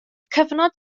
cyfnod